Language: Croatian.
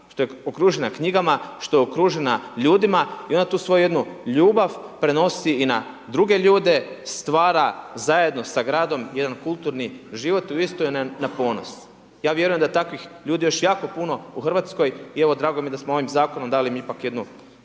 život okružena knjigama, što je okružena ljudima i onda tu svoju jednu ljubav prenosi i na druge ljude, stvara zajedno sa gradom, jedan kulturni život, uistinu je na ponos. Ja vjerujem da takvih ljudi, još jako puno u Hrvatskoj i evo, drago mi je da smo ovim zakonom dali ipak jedan